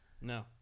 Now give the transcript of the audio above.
No